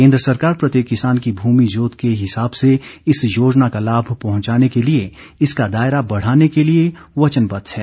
केन्द्र सरकार प्रत्येक किसान की भूमि जोत के हिसाब से इस योजना का लाभ पहुंचाने के लिए इसका दायरा बढ़ाने के लिए वचनबद्ध है